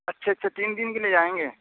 اچھا اچھا تین دن کے لیے جائیں گے